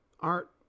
art